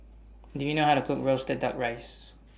Do YOU know How to Cook Roasted Duck Rice